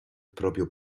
proprio